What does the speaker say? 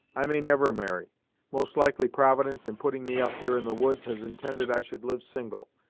i may never marry most likely providence in putting me up here in the woods, has intended i should live single,